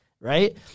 right